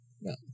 No